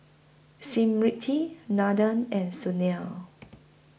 Smriti Nathan and Sunil